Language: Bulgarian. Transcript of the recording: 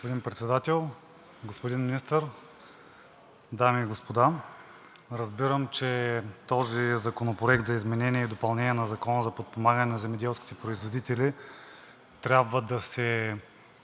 Господин Председател, господин Министър, дами и господа! Разбирам, че този Законопроект за изменение и допълнение на Закона за подпомагане на земеделските производители трябва да се